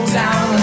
down